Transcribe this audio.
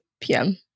PM